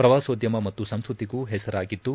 ಪ್ರವಾಸೋದ್ಯಮ ಮತ್ತು ಸಂಸ್ಕತಿಗೂ ಹೆಸರಾಗಿದ್ದು